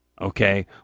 Okay